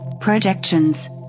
Projections